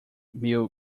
mill